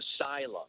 asylum